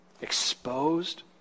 exposed